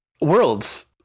Worlds